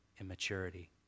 immaturity